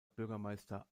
bürgermeister